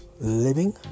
living